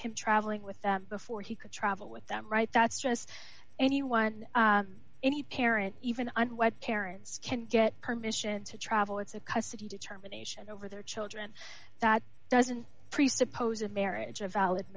him traveling with them before he could travel with them right that's just anyone any parent even on what parents can get permission to travel it's a custody determination over their children that doesn't presuppose a marriage a valid